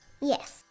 Yes